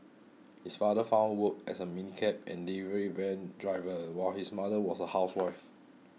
his father found work as a minicab and delivery van driver while his mother was a housewife